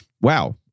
Wow